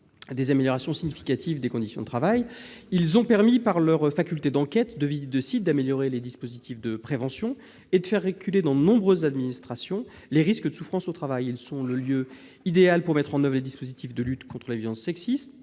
des améliorations significatives des conditions de travail. Par leur faculté d'enquête et de visite de sites, ils ont contribué à améliorer les dispositifs de prévention et à faire reculer, dans de nombreuses administrations, les risques de souffrance au travail. Ils sont le lieu idéal pour mettre en oeuvre les dispositifs de lutte contre les violences sexistes